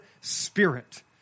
spirit